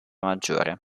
maggiore